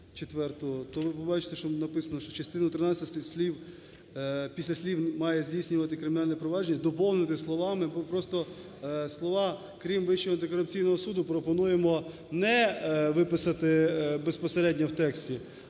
частина 13 після слів "має здійснювати кримінальне провадження" доповнити словами, просто слова "крім Вищого антикорупційного суду" пропонуємо не виписати безпосередньо в тексті,